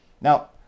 Now